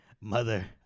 mother